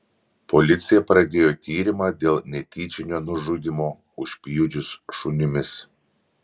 policija pradėjo tyrimą dėl netyčinio nužudymo užpjudžius šunimis